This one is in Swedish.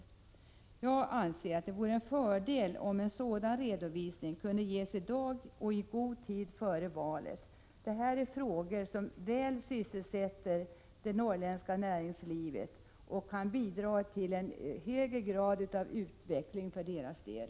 Jag anser att det vore en fördel om en sådan redovisning kunde ges i dag och i god tid före valet. Detta är frågor som väl berör det norrländska näringslivet och kan bidra till en högre grad av utveckling för dess del.